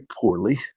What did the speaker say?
poorly